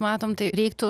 matom tai reiktų